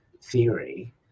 theory